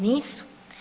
Nisu.